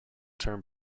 term